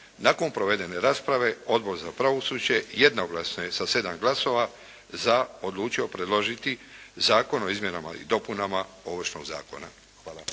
Nakon provedene rasprave Odbor za pravosuđe jednoglasno je sa sedam glasova za odlučio predložiti Zakon o izmjenama i dopunama Ovršnog zakona. Hvala.